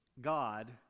God